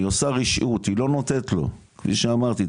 היא עושה רשעות היא לא נותנת לו כפי שאמרתי.